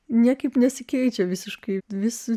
niekaip nesikeičia visiškai visų